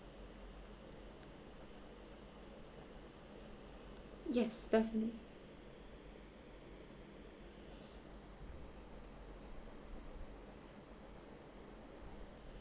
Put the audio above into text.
yes definitely